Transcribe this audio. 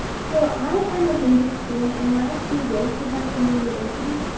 so i am a hindu student, and when i see racism in the university,